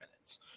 minutes